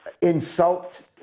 insult